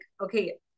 okay